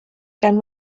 gan